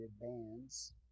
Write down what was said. bands